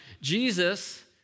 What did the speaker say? Jesus